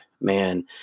man